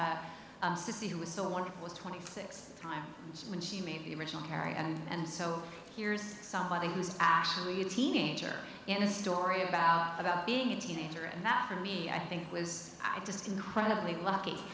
sissy who was so wonderful was twenty six times when she made the original carrie and so here's somebody who's actually a teenager in a story about about being a teenager and that for me i think was i just incredibly lucky